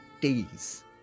days